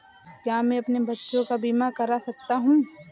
क्या मैं अपने बच्चों का बीमा करा सकता हूँ?